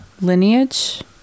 lineage